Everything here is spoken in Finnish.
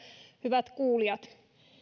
hyvät kuulijat